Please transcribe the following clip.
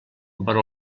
vora